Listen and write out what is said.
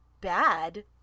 bad